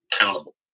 accountable